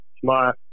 tomorrow